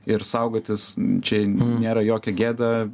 ir saugotis čia nėra jokia gėda